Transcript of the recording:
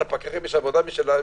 לפקחים יש עבודה משלהם,